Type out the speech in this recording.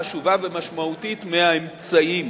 חשובה ומשמעותית מהאמצעים,